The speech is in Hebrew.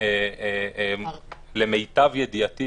למיטב ידיעתי,